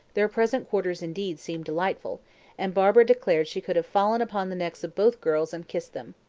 their present quarters indeed seemed delightful and barbara declared she could have fallen upon the necks of both girls and kissed them.